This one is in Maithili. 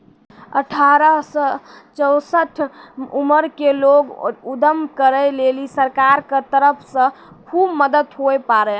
अठारह से चौसठ उमर के लोग उद्यम करै लेली सरकार के तरफ से खुब मदद हुवै पारै